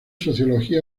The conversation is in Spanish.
sociología